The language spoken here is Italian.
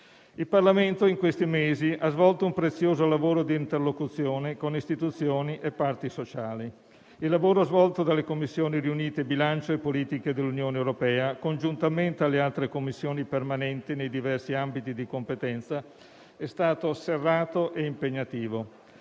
Il Parlamento in questi mesi ha svolto un prezioso lavoro di interlocuzione con istituzioni e parti sociali. Il lavoro svolto dalle Commissioni riunite bilancio e politiche dell'Unione europea, congiuntamente alle altre Commissioni permanenti nei diversi ambiti di competenza, è stato serrato e impegnativo.